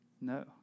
No